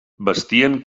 vestien